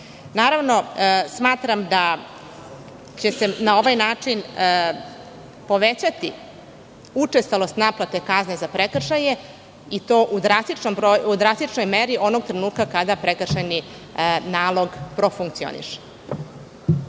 Naravno, smatram da će se na ovaj način povećati učestalost naplate kazne za prekršaje i to u drastičnoj meri onog trenutka kada prekršajni nalog profunkcioniše.